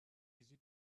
easy